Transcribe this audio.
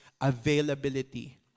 availability